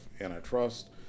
antitrust